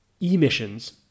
emissions